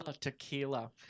Tequila